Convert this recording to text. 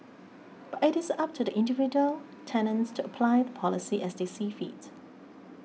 but it is up to the individual tenants to apply the policy as they see fit